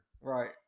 Right